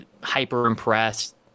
hyper-impressed